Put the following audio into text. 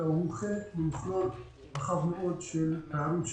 אלא הוא חלק ממכלול רחב מאוד של פערים,